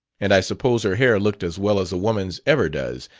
and i suppose her hair looked as well as a woman's ever does,